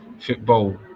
football